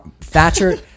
Thatcher